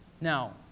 Now